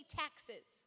taxes